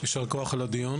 ישר כוח על הדיון.